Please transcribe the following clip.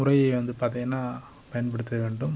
முறையை வந்து பார்த்திங்கன்னா பயன்படுத்த வேண்டும்